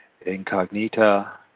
Incognita